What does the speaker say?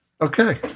Okay